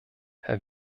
herr